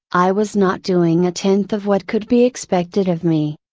i was not doing a tenth of what could be expected of me.